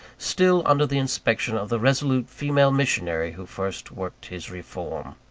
still under the inspection of the resolute female missionary who first worked his reform.